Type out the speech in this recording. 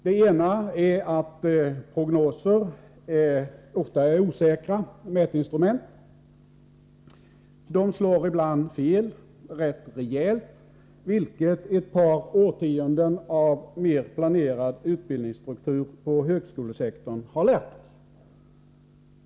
Det ena är att prognoser ofta är osäkra mätinstrument. De slår ibland fel, rätt rejält, vilket ett par årtionden av mer planerad utbildningsstruktur på högskolesektorn har lärt oss.